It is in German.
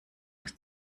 muss